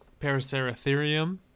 paraceratherium